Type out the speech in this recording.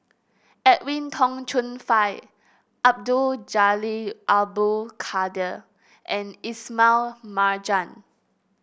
Edwin Tong Chun Fai Abdul Jalil Abdul Kadir and Ismail Marjan